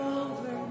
over